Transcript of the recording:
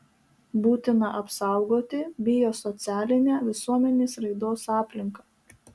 būtina apsaugoti biosocialinę visuomenės raidos aplinką